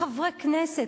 חברי כנסת,